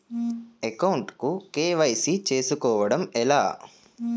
Account కు KYC చేసుకోవడం ఎలా?